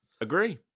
Agree